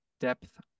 Depth